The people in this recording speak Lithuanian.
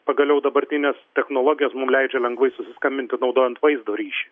pagaliau dabartinės technologijos mum leidžia lengvai susiskambinti naudojant vaizdo ryšį